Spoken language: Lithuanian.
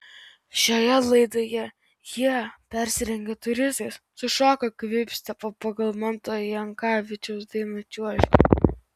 šioje laidoje jie persirengę turistais sušoko kvikstepą pagal manto jankavičiaus dainą čiuožki